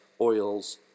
oil's